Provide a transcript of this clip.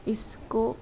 इसको